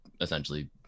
essentially